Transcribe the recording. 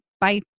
Bye